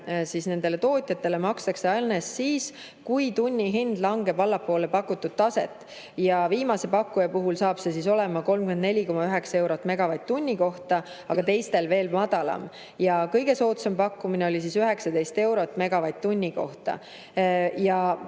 nendele tootjatele makstakse alles siis, kui tunnihind langeb allapoole pakutud taset, ja viimase pakkuja puhul saab see olema 34,9 eurot megavatt-tunni kohta, aga teistel veel madalam. Kõige soodsam pakkumine oli 19 eurot megavatt-tunni kohta.